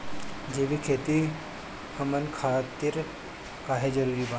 जैविक खेती हमन खातिर काहे जरूरी बा?